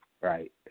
right